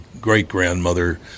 great-grandmother